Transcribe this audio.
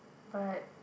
but